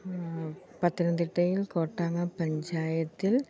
പത്തനംതിട്ടയിൽ കോട്ടാങ്ക പഞ്ചായത്തിൽ